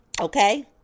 okay